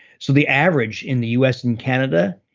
so the average in the u s. and canada,